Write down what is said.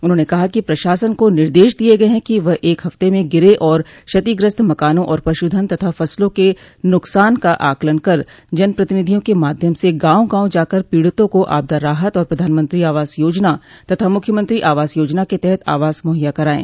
उन्होंने कहा कि प्रशासन को निर्देश दिये गये हैं कि वह एक हफ्ते में गिरे और क्षतिग्रस्त मकानों और पश्धन तथा फ़सलों के नुकसान का आंकलन कर जनप्रतिनिधियों के माध्यम से गांव गांव जाकर पीड़ितों को आपदा राहत और प्रधानमंत्री आवास योजना तथा मुख्यमंत्री आवास योजना के तहत आवास मुहैया करायें